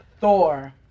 Thor